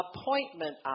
appointment